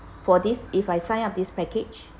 for this if I sign up this package